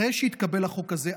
אחרי שהתקבל החוק הזה,